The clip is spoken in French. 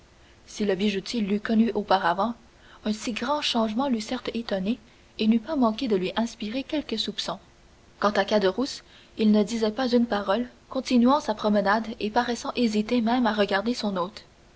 si le bijoutier l'eût connue auparavant un si grand changement l'eût certes étonné et n'eût pas manqué de lui inspirer quelque soupçon quant à caderousse il ne disait pas une parole continuant sa promenade et paraissant hésiter même à regarder son hôte